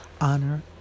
honor